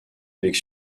avec